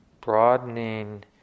broadening